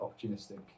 opportunistic